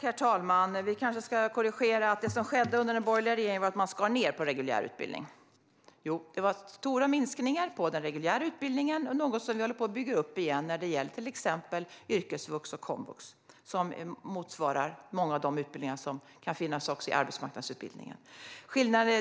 Herr talman! Vi kanske ska korrigera: Det som skedde under den borgerliga regeringen var att man skar ned på reguljär utbildning. Det var stora minskningar på den reguljära utbildningen, något som vi håller på att bygga upp igen när det gäller till exempel yrkesvux och komvux, som motsvarar många av de utbildningar som också kan finnas i arbetsmarknadsutbildningen.